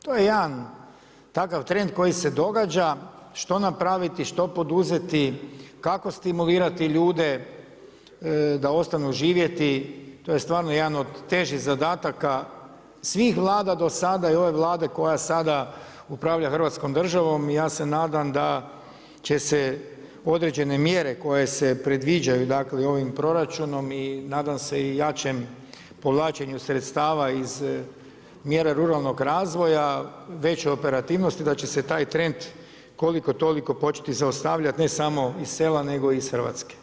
To je jedan takav trend koji se događa, što napraviti, što poduzeti, kako stimulirati ljude da ostanu živjeti, to je stvarno jedan od težih zadataka svih Vlada do sada i ove Vlade koja sada upravlja hrvatskom državom i ja se nadam da će se određene mjere koje su predviđaju dakle ovim proračunom i nadam se i jačem povlačenju sredstava mjera ruralnog razvoja, većoj operativnosti, da će se taj trend koliko toliko početi zaustavljati ne samo iz sela nego i iz Hrvatske.